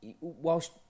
whilst